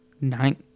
nine